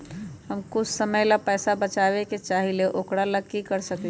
हम कुछ समय ला पैसा बचाबे के चाहईले ओकरा ला की कर सकली ह?